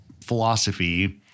philosophy